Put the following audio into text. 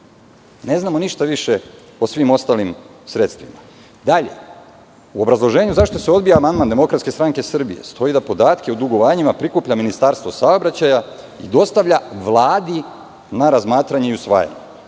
Ne znamo ništa više o svim ostalim sredstvima. Dalje, u obrazloženju zašto se odbija amandman DSS, stoji da podatke o dugovanjima prikuplja Ministarstvo saobraćaja i dostavlja Vladi na razmatranje i usvajanje. Ukupan